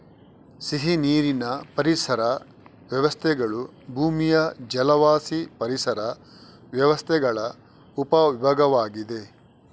ಸಿಹಿನೀರಿನ ಪರಿಸರ ವ್ಯವಸ್ಥೆಗಳು ಭೂಮಿಯ ಜಲವಾಸಿ ಪರಿಸರ ವ್ಯವಸ್ಥೆಗಳ ಉಪ ವಿಭಾಗವಾಗಿದೆ